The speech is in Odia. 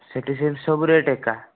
ସେଇଠି ସେସବୁ ରେଟ୍ ଏକା